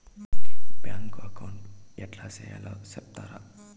Bank account ఏ ఎట్లా open సేయాలి సెప్తారా?